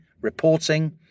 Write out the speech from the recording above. reporting